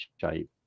shape